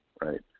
right